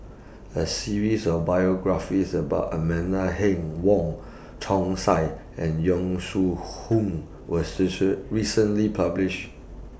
A series of biographies about Amanda Heng Wong Chong Sai and Yong Shu Hoong was recently published